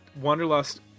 Wanderlust